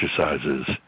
exercises